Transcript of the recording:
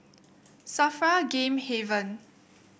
Safra Game Haven